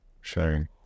sharing